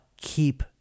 keep